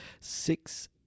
six